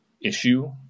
issue